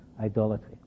idolatry